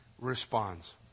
responds